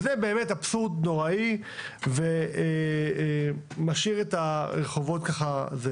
זה באמת אבסורד נוראי ומשאיר את הרחובות באופן הזה.